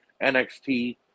NXT